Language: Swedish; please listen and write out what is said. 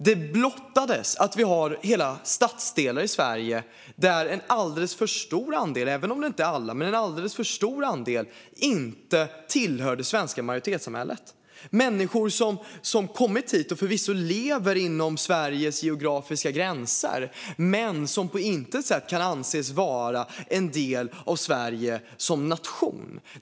Det har blottlagts att det finns hela stadsdelar i Sverige där en alldeles för stor andel, om än inte alla, inte tillhör det svenska majoritetssamhället. Det finns människor som kommit hit och förvisso lever inom Sveriges geografiska gränser men som inte kan anses vara en del av Sverige som nation.